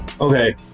okay